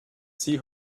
see